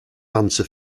answer